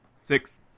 Six